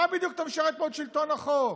במה בדיוק אתה משרת פה את שלטון החוק?